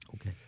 Okay